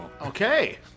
Okay